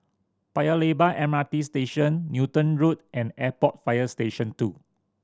Paya Lebar M R T Station Newton Road and Airport Fire Station Two